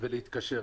ומשם להתקשר.